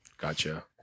Gotcha